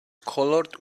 colored